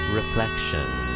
reflection